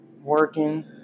Working